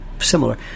similar